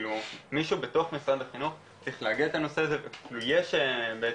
כאילו מישהו בתוך משרד החינוך צריך לאגד את הנושא הזה ויש בעצם,